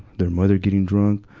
their mother getting drunk,